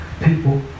people